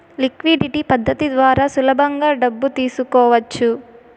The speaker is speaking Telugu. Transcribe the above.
లిక్విడిటీ పద్ధతి ద్వారా సులభంగా డబ్బు తీసుకోవచ్చు